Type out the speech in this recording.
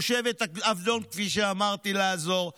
תושבת עבדון, כפי שאמרתי, לעזור.